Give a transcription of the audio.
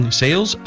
sales